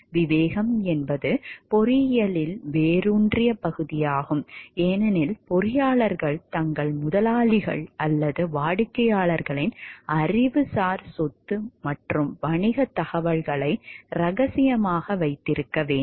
விவேகம் என்பது பொறியியலில் வேரூன்றிய பகுதியாகும் ஏனெனில் பொறியாளர்கள் தங்கள் முதலாளிகள் அல்லது வாடிக்கையாளர்களின் அறிவுசார் சொத்து மற்றும் வணிகத் தகவல்களை ரகசியமாக வைத்திருக்க வேண்டும்